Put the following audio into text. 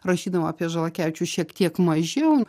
rašydama apie žalakevičių šiek tiek mažiau